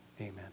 amen